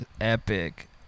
epic